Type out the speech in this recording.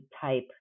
type